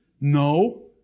No